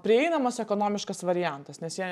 prieinamas ekonomiškas variantas nes jie